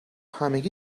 همگی